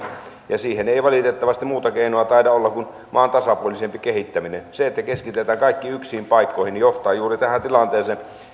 ja siihen ei valitettavasti muuta keinoa taida olla kuin maan tasapuolisempi kehittäminen se että keskitetään kaikki yksiin paikkoihin johtaa juuri tähän tilanteeseen